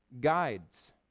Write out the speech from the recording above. guides